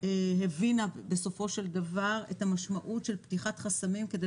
הבינה בסופו של דבר את המשמעות של פתיחת חסמים כדי